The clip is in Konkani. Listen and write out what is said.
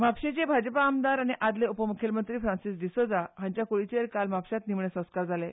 म्हापशेचे भाजपा आमदार आनी आदले उपम्खेलमंत्री फ्रांसिस डिसोझा हांचे क्डीचेर काल म्हापश्यांत निमाणे संस्कार जाले